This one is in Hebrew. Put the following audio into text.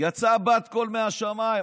יצאה בת קול מהשמיים.